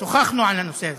שוחחנו על הנושא הזה.